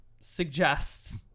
suggests